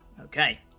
Okay